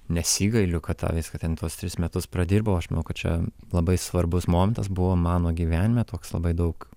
nesigailiu kad tą viską ten tuos tris metus pradirbau aš manau kad čia labai svarbus momentas buvo mano gyvenime toks labai daug